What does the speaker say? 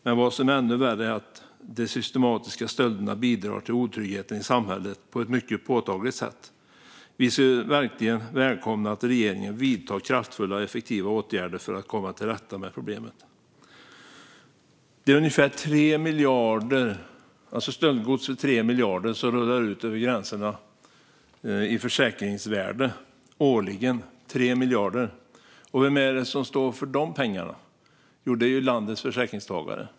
Men vad som är ännu värre är att de systematiska stölderna bidrar till otryggheten i samhället på ett mycket påtagligt sätt. Vi skulle verkligen välkomna att regeringen vidtar kraftfulla och effektiva åtgärder för att komma till rätta med problemet. Det är stöldgods för ungefär 3 miljarder i försäkringsvärde som rullar ut över gränserna årligen. Vem är det som står för de pengarna? Jo, det är landets försäkringstagare.